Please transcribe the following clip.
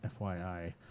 FYI